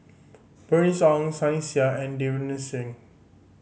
Bernice Ong Sunny Sia and Davinder Singh